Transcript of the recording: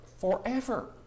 forever